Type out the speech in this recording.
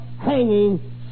hanging